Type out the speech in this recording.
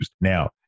Now